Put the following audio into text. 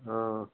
অঁ